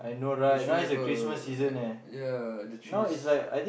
we should have a ya the trees